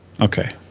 Okay